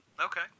Okay